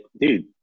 dude